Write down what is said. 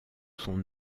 son